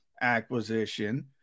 acquisition